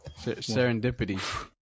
Serendipity